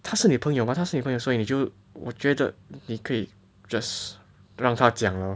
他是女朋友吗他是女朋友所以呢就我觉得你可以 just 让他讲了